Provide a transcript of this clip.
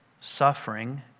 suffering